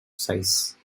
size